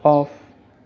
off